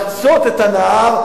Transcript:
לחצות את הנהר,